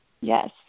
Yes